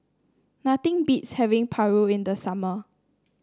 nothing beats having Paru in the summer